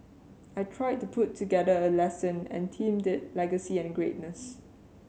I I tried to put together a lesson and themed it legacy and greatness